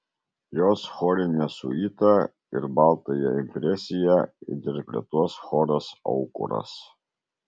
jos chorinę siuitą ir baltąją impresiją interpretuos choras aukuras